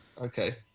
Okay